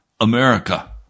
America